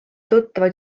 tuttavad